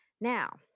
Now